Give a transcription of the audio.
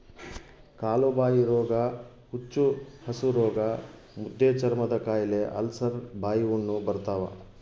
ಕಾಲುಬಾಯಿರೋಗ ಹುಚ್ಚುಹಸುರೋಗ ಮುದ್ದೆಚರ್ಮದಕಾಯಿಲೆ ಅಲ್ಸರ್ ಬಾಯಿಹುಣ್ಣು ಬರ್ತಾವ